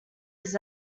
his